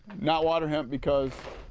not water hemp because